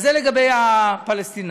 אז זה לגבי הפלסטינים